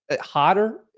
hotter